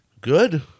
good